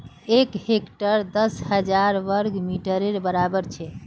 एक हेक्टर दस हजार वर्ग मिटरेर बड़ाबर छे